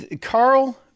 Carl